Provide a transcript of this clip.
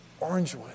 orangewood